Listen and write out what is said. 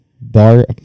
bar